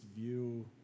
view